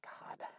God